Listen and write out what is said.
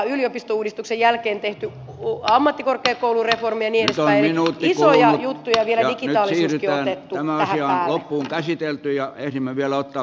on yliopistouudistuksen jälkeen tehty ammattikorkeakoulureformi ja niin edespäin eli isoja juttuja ja vielä digitaalisuuskin on otettu tähän päälle